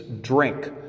drink